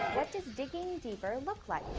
digger deeper and look like?